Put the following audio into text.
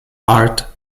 art